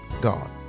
God